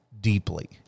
deeply